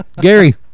Gary